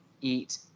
eat